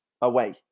away